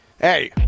Hey